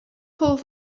pull